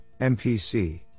MPC